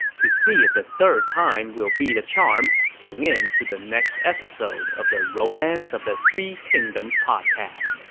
to see if the third time will be the charm, tune in to the next episode of the romance of the three kingdoms podcast.